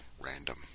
random